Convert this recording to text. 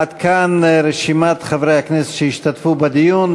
עד כאן רשימת חברי הכנסת שהשתתפו בדיון.